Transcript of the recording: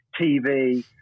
TV